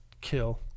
kill